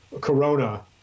Corona